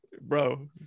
Bro